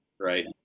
right